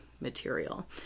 material